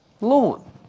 lawn